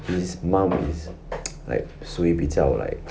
his mum is like 是会比较 like